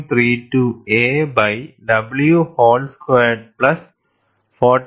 32 a by w whole squared plus 14